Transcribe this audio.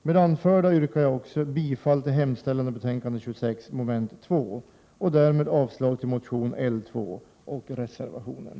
Med det anförda yrkar jag bifall också till hemställan i mom. 2i betänkande 26 och därmed avslag på motion L2 och reservationen.